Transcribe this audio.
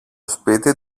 σπίτι